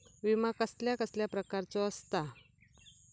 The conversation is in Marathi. विमा कसल्या कसल्या प्रकारचो असता?